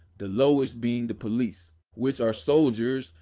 the lowest being the police which are soldiers,